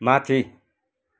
माथि